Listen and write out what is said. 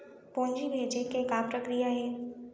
पूंजी भेजे के का प्रक्रिया हे?